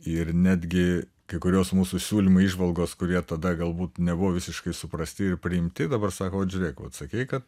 ir netgi kai kurios mūsų siūlymo įžvalgos kur jie tada galbūt nebuvo visiškai suprasti ir priimti dabar sako vat žiūrėk vot sakei kad